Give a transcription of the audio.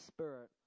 Spirit